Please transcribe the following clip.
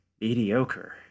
mediocre